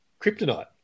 kryptonite